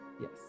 yes